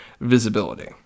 visibility